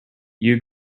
you